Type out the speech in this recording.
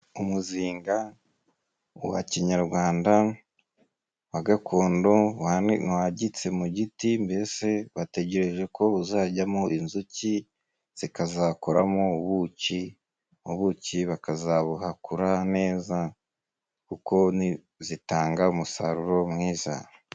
Umuzinga wa kinyarwanda， wa gakondo， wagitse mu giti， mbese bategereje ko uzajyamo inzuki zikazakoramo ubuki， ubuki bakazabuhakura neza, kuko zitanga umusaruro mwiza.